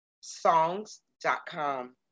songs.com